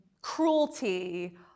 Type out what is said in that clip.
cruelty